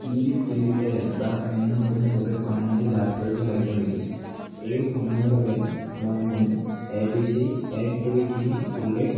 E T A বা অন্য কোনো প্ৰৱেশ অনুমতি লাভ কৰিব লাগিব নেকি এই ভ্ৰমণৰ বাবে মই মোৰ এ বি চি এক দুই তিনি উল্লেখ